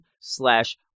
slash